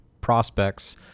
prospects